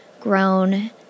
grown